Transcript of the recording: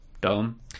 Dom